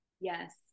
Yes